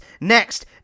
Next